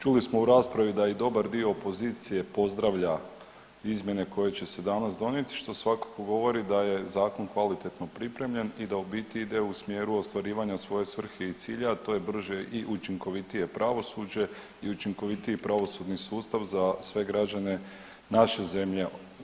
Čuli smo u raspravi da i dobar dio opozicije pozdravlja izmjene koje će se danas donijeti što svakako govori da je zakon kvalitetno pripremljen i da u biti ide u smjeru ostvarivanja svoje svrhe i cilja, a to je brže i učinkovitije pravosuđe i učinkovitiji pravosudni sustav za sve građane naše zemlje.